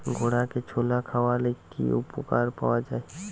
ঘোড়াকে ছোলা খাওয়ালে কি উপকার পাওয়া যায়?